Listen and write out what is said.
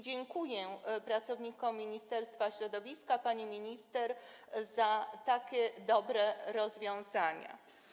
Dziękuję pracownikom Ministerstwa Środowiska, pani minister za takie dobre rozwiązania.